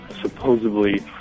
Supposedly